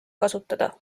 kasutada